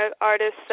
artists